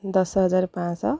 ଦଶ ହଜାର ପାଞ୍ଚଶହ